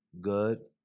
good